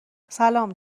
سلام